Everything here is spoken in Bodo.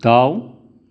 दाउ